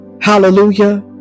hallelujah